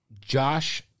Josh